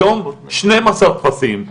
היום, שנים עשר טפסים.